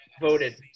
voted